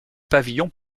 pavillon